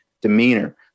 demeanor